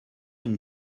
une